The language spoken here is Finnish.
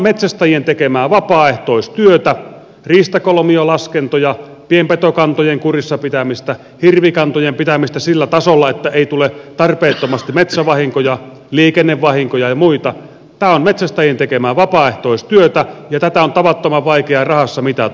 metsästäjien tekemää vapaaehtoistyötä riistakolmiolaskentoja pienpetokantojen kurissa pitämistä hirvikantojen pitämistä sillä tasolla että ei tule tarpeettomasti metsävahinkoja liikennevahinkoja ja muita on tavattoman vaikea rahassa mitata